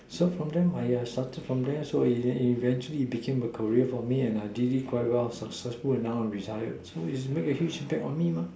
so from them I started so from there so it it eventually it became a career for me and I did it quite well successful and now I retired so is make a huge impact on me mah